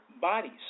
bodies